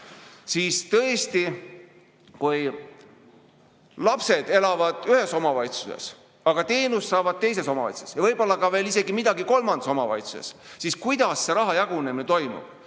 siis tõesti, kui lapsed elavad ühes omavalitsuses, aga teenust saavad teises omavalitsuses ja võib-olla isegi kolmandas omavalitsuses, siis kuidas raha jagunemine toimub?